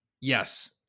yes